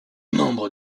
membres